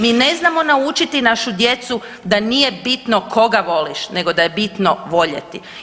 Mi ne znamo naučiti našu djecu da nije bitno koga voliš nego da je bitno voljeti.